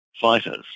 fighters